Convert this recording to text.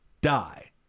die